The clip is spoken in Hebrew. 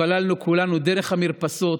התפללנו כולנו דרך המרפסות,